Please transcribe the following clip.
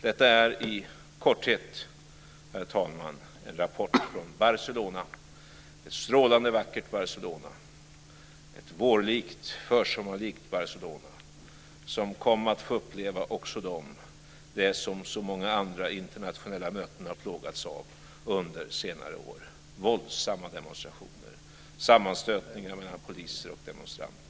Detta är i korthet, herr talman, en rapport från ett strålande vackert Barcelona, ett vårlikt och försommarlikt Barcelona, som också kom att få uppleva det som så många andra internationella möten har plågats av under senare år: våldsamma demonstrationer och sammanstötningar mellan poliser och demonstranter.